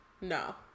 No